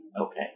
Okay